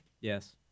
Yes